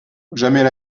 jamais